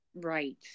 Right